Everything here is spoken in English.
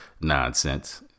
nonsense